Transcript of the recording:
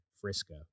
Frisco